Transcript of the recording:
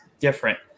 different